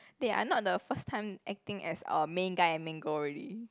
they are not the first time acting as a main guy and main girl already